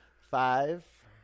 Five